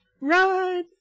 run